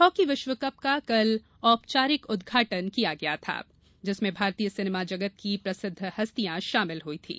hockey विश्वकप का कल औपचारिक उदघाटन किया गया था जिसमें भारतीय सिनेमा जगत की प्रसिद्व हस्तियां शामिल हई थीं